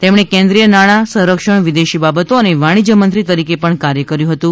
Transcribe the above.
તેમણે કેન્દ્રીય નાણાં સંરક્ષણ વિદેશી બાબતો અને વાણિજ્ય મંત્રી તરીકે પણ કાર્થ કર્યું હતું